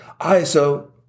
ISO